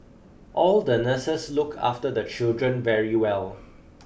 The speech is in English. all the nurses look after the children very well